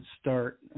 start